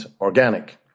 organic